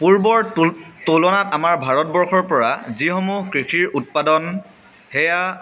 পূৰ্বৰ তুল তুলনাত আমাৰ ভাৰতবৰ্ষৰ পৰা যিসমূহ কৃষিৰ উৎপাদন সেয়া